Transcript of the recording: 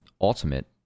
ultimate